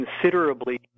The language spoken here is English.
considerably